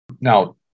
Now